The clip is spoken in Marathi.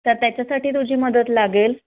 तर त्याच्यासाठी तुझी मदत लागेल